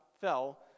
fell